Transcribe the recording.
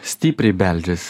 stipriai beldžias